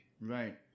Right